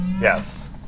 Yes